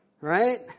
right